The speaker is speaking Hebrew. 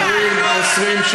חברת הכנסת ורבין, פעם ראשונה.